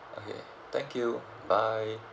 okay thank you bye